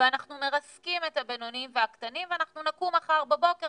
ואנחנו מרסקים את הבינוניים והקטנים ואנחנו נקום מחר בבוקר